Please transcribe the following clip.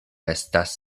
estas